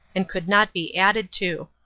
and could not be added to.